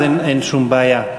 אז אין שום בעיה,